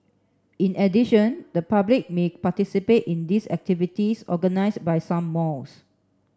in addition the public may participate in this activities organise by some malls